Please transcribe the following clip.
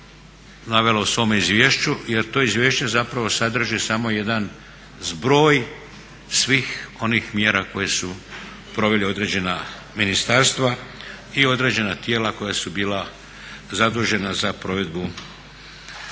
navelo u svome izvješću jer to izvješće zapravo sadrži samo jedan zbroj svih onih mjera koje su provela određena ministarstva i određena tijela koja su bila zadužena za provedbu mjera